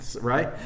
right